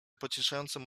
pocieszającym